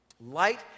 Light